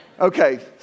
Okay